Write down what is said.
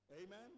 Amen